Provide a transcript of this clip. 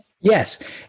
Yes